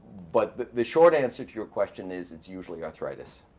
but the the short answer to your question is it's usually arthritis.